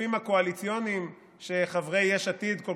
הכספים הקואליציוניים שחברי יש עתיד כל